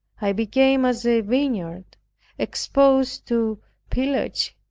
i became as a vineyard exposed to pillage,